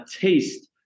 taste